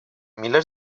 milers